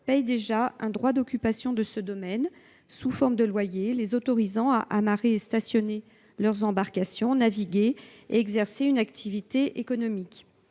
paient déjà un droit d’occupation de ce domaine, sous forme de loyers, les autorisant à amarrer et à stationner leurs embarcations, à naviguer et à exercer une activité économique.